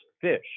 fish